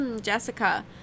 Jessica